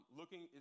looking